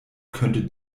könnte